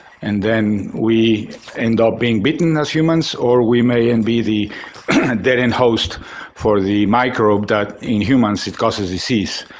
and then we end up being bitten as humans or we may then and be the dead-end host for the microbe that in humans it causes disease